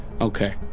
Okay